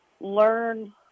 learn